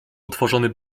otworzony